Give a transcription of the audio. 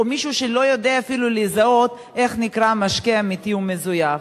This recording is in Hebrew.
או מישהו שאפילו לא יודע לזהות איך נקרא משקה אמיתי או מזויף.